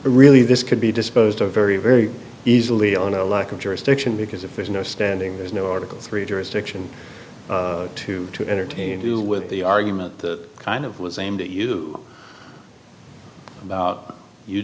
really this could be disposed of very very easily on a lack of jurisdiction because if there's no standing there's no article three jurisdiction to to entertain do with the argument that kind of was aimed at you about you